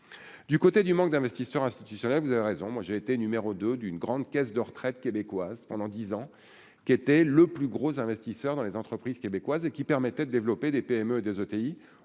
du côté du manque d'investisseurs institutionnels, vous avez raison, moi j'ai été numéro 2 d'une grande caisse de retraite québécoise pendant 10 ans, qui était le plus gros investisseur dans les entreprises québécoises et qui permettaient de développer des PME et des ETI